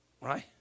right